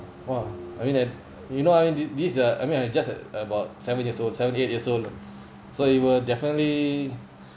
!wah! I mean at you know I mean this this uh I mean I just uh about seven years old seven eight years old lah so it will definitely